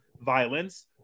violence